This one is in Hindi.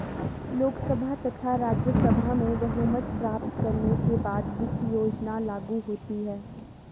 लोकसभा तथा राज्यसभा में बहुमत प्राप्त करने के बाद वित्त योजना लागू होती है